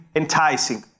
enticing